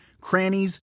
crannies